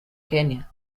kenya